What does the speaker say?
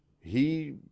He